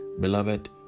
Beloved